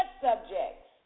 subjects